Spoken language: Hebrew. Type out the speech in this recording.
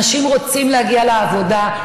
אנשים רוצים להגיע לעבודה,